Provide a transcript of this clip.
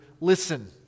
listen